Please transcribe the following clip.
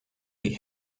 die